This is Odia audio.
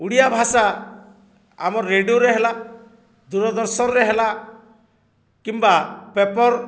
ଓଡ଼ିଆ ଭାଷା ଆମର ରେଡ଼ିଓରେ ହେଲା ଦୂରଦର୍ଶନରେ ହେଲା କିମ୍ବା ପେପର୍